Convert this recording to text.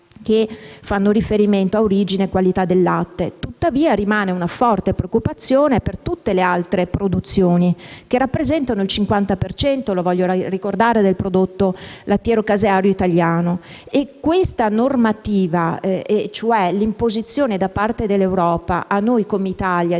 che fanno riferimento a origine e qualità del latte. Tuttavia, rimane una forte preoccupazione per tutte le altre produzioni, che rappresentano il 50 per cento - lo voglio ricordare - del prodotto lattiero-caseario italiano. Questa normativa, cioè l'imposizione da parte dell'Europa all'Italia